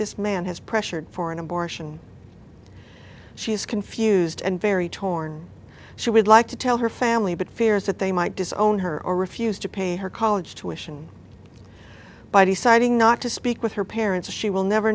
this man has pressured for an abortion she is confused and very torn she would like to tell her family but fears that they might disown her or refuse to pay her college tuition by deciding not to speak with her parents she will never